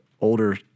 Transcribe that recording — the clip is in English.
older